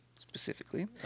specifically